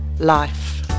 Life